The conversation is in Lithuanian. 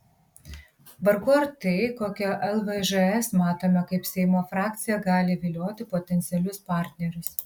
vargu ar tai kokią lvžs matome kaip seimo frakciją gali vilioti potencialius partnerius